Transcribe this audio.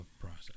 process